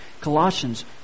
Colossians